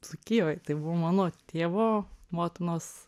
dzūkijoj tai buvo mano tėvo motinos